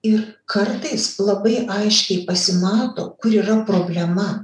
ir kartais labai aiškiai pasimato kur yra problema